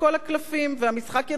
והמשחק יתחיל מאפס.